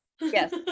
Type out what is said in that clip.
yes